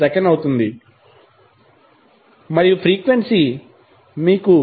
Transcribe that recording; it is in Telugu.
1257 సెకను అవుతుంది మరియు ఫ్రీక్వెన్సీ మీకు 7